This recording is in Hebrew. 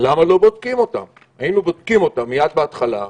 אם היינו בודקים אותם מיד בהתחלה,